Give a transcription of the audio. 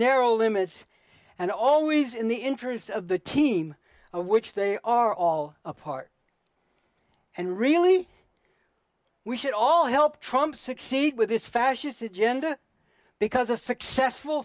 narrow limits and always in the interests of the team of which they are all a part and really we should all help trump succeed with this fascist agenda because a successful